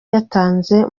yatanze